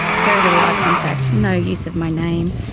very little eye contact, no use of my name,